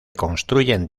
construyen